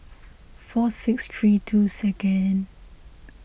four six three two second